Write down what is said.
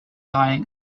dying